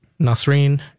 Nasreen